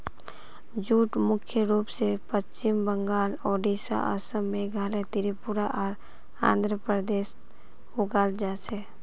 jute मुख्य रूप स पश्चिम बंगाल, ओडिशा, असम, मेघालय, त्रिपुरा आर आंध्र प्रदेशत उगाल जा छेक